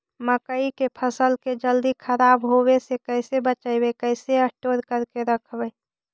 मकइ के फ़सल के जल्दी खराब होबे से कैसे बचइबै कैसे स्टोर करके रखबै?